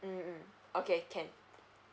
mm mm okay can